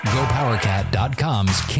GoPowerCat.com's